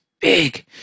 big